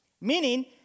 meaning